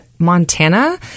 Montana